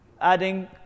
Adding